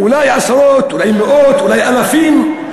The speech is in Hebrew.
אולי עשרות, אולי מאות, אולי אלפים.